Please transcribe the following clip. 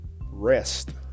rest